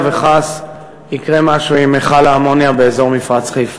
וחס יקרה משהו עם מכל האמוניה באזור מפרץ חיפה.